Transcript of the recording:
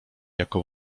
jako